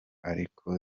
ariko